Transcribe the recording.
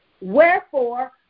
wherefore